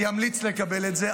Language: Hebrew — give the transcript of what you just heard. אני אמליץ לקבל את זה.